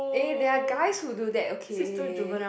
eh there are guys who do that okay